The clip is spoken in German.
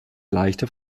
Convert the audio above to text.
leichter